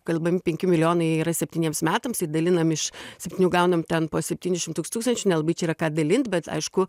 kalbami penki milijonai yra septyniems metams tai dalinam iš septynių gaunam ten po septynešim tūs tūkstančių nelabai čia yra ką dalint bet aišku